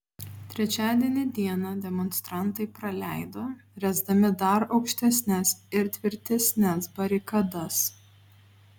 trečiadienį dieną demonstrantai praleido ręsdami dar aukštesnes ir tvirtesnes barikadas